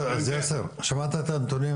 שמעת את הנתונים,